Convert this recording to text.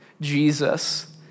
Jesus